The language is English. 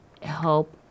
Help